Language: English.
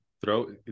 Throw